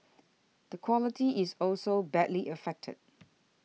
the quality is also badly affected